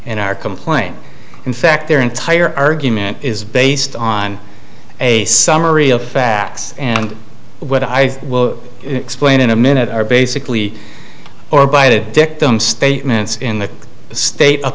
in our complaint in fact their entire argument is based on a summary of facts and what i will explain in a minute are basically or abided dictum statements in the state